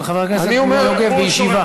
אבל, חבר הכנסת מרדכי יוגב, בישיבה.